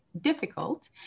difficult